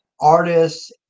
artists